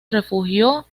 refugió